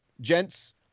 Gents